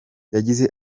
yagize